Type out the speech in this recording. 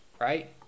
right